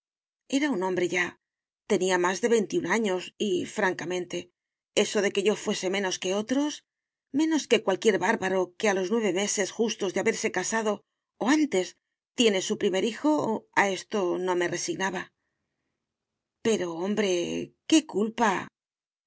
era un hombre ya tenía más de veintiún años y francamente eso de que yo fuese menos que otros menos que cualquier bárbaro que a los nueve meses justos de haberse casado o antes tiene su primer hijo a esto no me resignaba pero hombre qué culpa